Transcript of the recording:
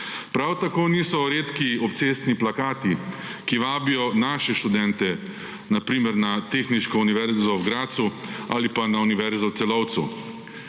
Prav tako niso redki obcestni plakati, ki vabijo naše študente, na primer na tehniško univerzo v Grazu ali pa na univerzo v Celovcu.